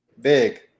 big